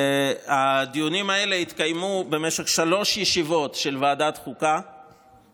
הדיונים האלה התקיימו במשך שלוש ישיבות של ועדת חוקה,